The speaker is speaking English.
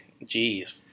Jeez